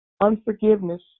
unforgiveness